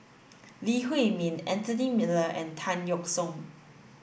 Lee Huei Min Anthony Miller and Tan Yeok Seong